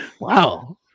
Wow